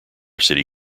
city